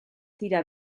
dira